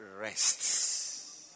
rests